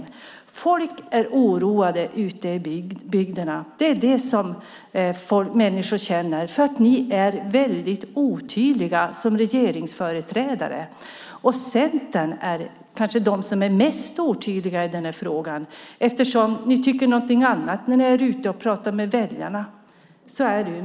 Människor är oroade ute i bygderna, för ni är väldigt otydliga som regeringsföreträdare. Centerpartisterna är kanske de som är mest otydliga i den här frågan, eftersom ni tycker någonting annat när ni är ute och pratar med väljarna. Så är det.